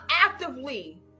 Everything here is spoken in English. actively